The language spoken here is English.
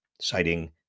citing